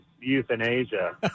euthanasia